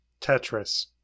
Tetris